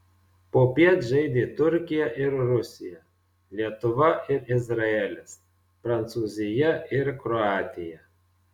popiet žaidė turkija ir rusija lietuva ir izraelis prancūzija ir kroatija